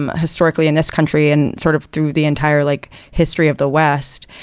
um historically in this country and sort of through the entire like history of the west,